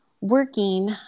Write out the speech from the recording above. working